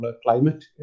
climate